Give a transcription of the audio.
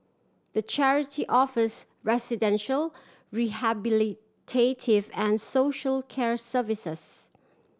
the charity offers residential rehabilitative and social care services